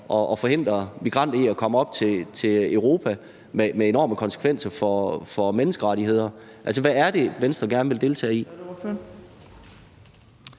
at forhindre migranter i at komme op til Europa med enorme konsekvenser i forhold til menneskerettigheder? Altså, hvad er det, Venstre gerne vil deltage i?